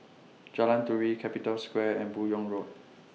Jalan Turi Capital Square and Buyong Road